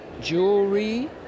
jewelry